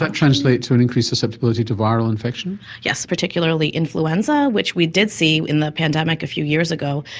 but translate to an increased susceptibility to viral infections? yes, particularly influenza which we did see in the pandemic a few years ago,